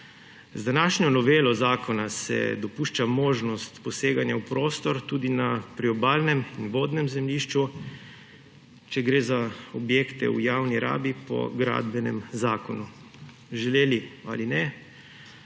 Z današnjo novelo zakona se dopušča možnost poseganje v prostor tudi na priobalnem in vodnem zemljišču, če gre za objekte v javni rabi po Gradbenem zakonu. Želeli ali ne,